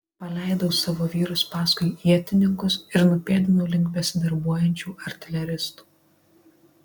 paleidau savo vyrus paskui ietininkus ir nupėdinau link besidarbuojančių artileristų